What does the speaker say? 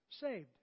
saved